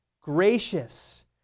gracious